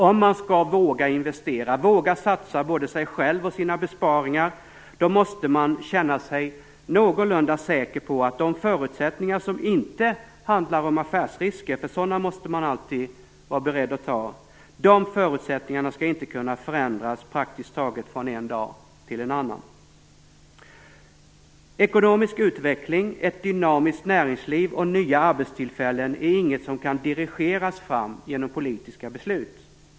Om man skall våga investera, våga satsa både sig själv och sina besparingar, måste man känna sig någorlunda säker på att de förutsättningar som inte handlar om affärsrisker - för sådana måste man alltid vara beredd att ta - inte skall kunna förändras praktiskt taget från en dag till en annan. Ekonomisk utveckling, ett dynamiskt näringsliv och nya arbetstillfällen är inget som kan dirigeras fram genom politiska beslut.